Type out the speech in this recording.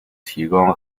提供